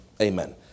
Amen